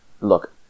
Look